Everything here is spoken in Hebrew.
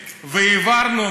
והעברנו,